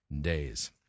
days